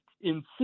insist